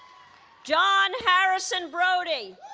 john harrison brody